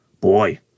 Boy